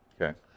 Okay